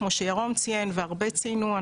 כמו שירום ציין והרבה ציינו,